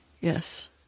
Yes